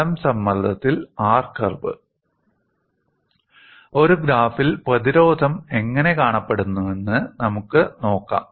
തലം സമ്മർദ്ദത്തിൽ R curve ഒരു ഗ്രാഫിൽ പ്രതിരോധം എങ്ങനെ കാണപ്പെടുന്നുവെന്ന് നമുക്ക് നോക്കാം